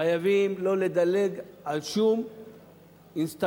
חייבים לא לדלג על שום אינסטנציה,